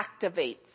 activates